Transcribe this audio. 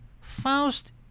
Faust